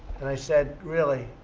and i said, really?